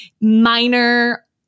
minor